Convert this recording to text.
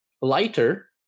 lighter